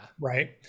right